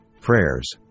prayers